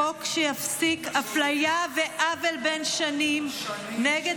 חוק שיפסיק אפליה ועוול בן שנים נגד